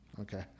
Okay